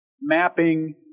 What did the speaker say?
mapping